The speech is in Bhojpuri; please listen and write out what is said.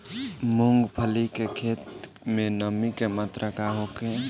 मूँगफली के खेत में नमी के मात्रा का होखे?